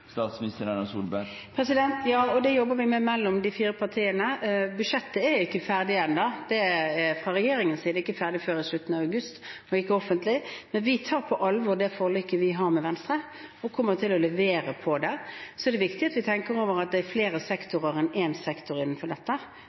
Ja, og det jobber vi med mellom de fire partiene. Budsjettet er ikke ferdig ennå, det er fra regjeringens side ikke ferdig før i slutten av august, iallfall ikke offentlig. Men vi tar på alvor det forliket vi har med Venstre, vi kommer til å levere på det. Så er det viktig å tenke over at det er flere sektorer enn én sektor innenfor dette.